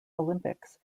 olympics